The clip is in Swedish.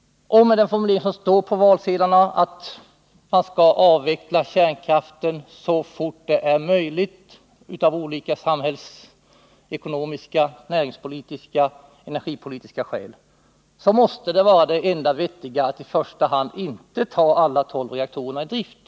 Och med den formulering som finns på valsedeln, att man skall avveckla kärnkraften så fort det är möjligt av olika samhällsekonomiska, näringspolitiska och energipolitiska skäl, måste det vara det enda vettiga att inte i första hand ta alla tolv reaktorerna i drift.